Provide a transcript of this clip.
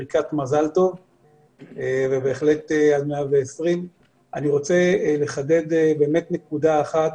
ברכת מזל טוב ובהחלט עד 120. אני רוצה לחדד באמת נקודה אחת.